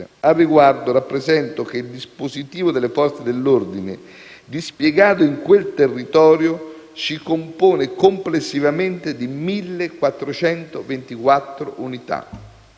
Al riguardo, rappresento che il dispositivo delle Forze dell'ordine dispiegato in quel territorio si compone complessivamente di 1.424 unità.